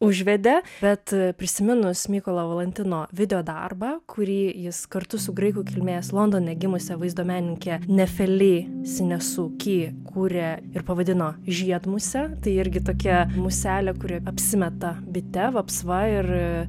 užvedė bet prisiminus mykolo valantino videodarbą kurį jis kartu su graikų kilmės londone gimusia vaizdo menininke nefeli sinesuki kūrė ir pavadino žiedmuse tai irgi tokia muselė kuri apsimeta bite vapsva ir